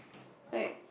like